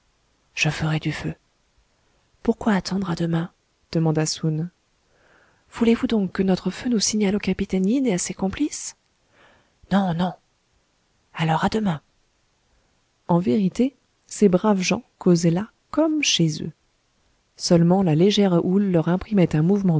je ferai du feu pourquoi attendre à demain demanda soun voulez-vous donc que notre feu nous signale au capitaine yin et à ses complices non non alors à demain en vérité ces braves gens causaient là comme chez eux seulement la légère houle leur imprimait un mouvement